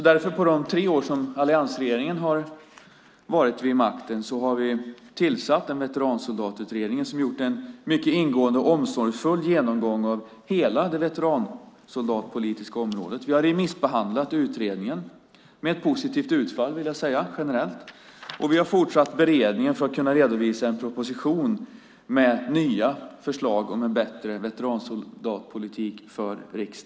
Därför har alliansregeringen under sina tre år vid makten tillsatt Veteransoldatutredningen som gjort en mycket ingående och omsorgsfull genomgång av hela det veteransoldatpolitiska området. Vi har remissbehandlat utredningen med ett positivt utfall generellt, vill jag säga. Vi har fortsatt beredningen för att kunna lägga fram en proposition för riksdagen med nya förslag om en bättre veteransoldatpolitik. Fru talman!